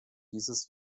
dieses